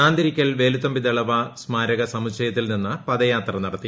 നാന്തിരീക്കൽ വേലുത്തമ്പി ദളവ സ്മാരക സമുച്ചയത്തിൽ നിന്ന് പദയാത്ര നടത്തി